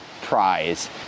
prize